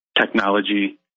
technology